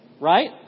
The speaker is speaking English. Right